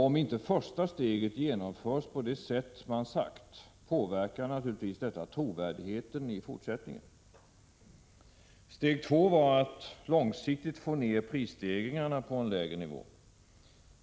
Om inte första steget genomförs på det sätt regeringen sagt, påverkar detta naturligtvis dess trovärdighet i fortsättningen. Steg två var att långsiktigt få ned prisstegringarna till en lägre nivå.